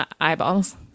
eyeballs